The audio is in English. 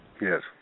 Yes